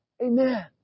Amen